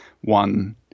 one